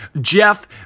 Jeff